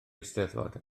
eisteddfod